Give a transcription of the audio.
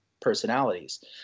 personalities